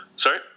sorry